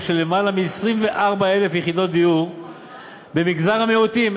של למעלה מ-24,000 יחידות דיור במגזר המיעוטים,